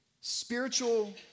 spiritual